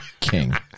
king